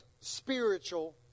spiritual